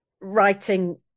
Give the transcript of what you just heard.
writing